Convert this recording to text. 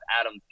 Adam